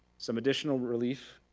some additional relief